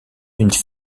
une